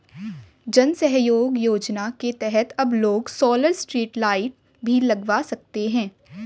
जन सहयोग योजना के तहत अब लोग सोलर स्ट्रीट लाइट भी लगवा सकते हैं